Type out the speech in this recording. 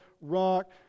rock